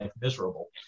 miserable